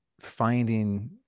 finding